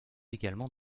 également